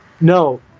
No